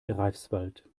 greifswald